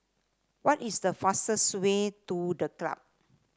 what is the fastest way to The Club